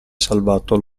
salvato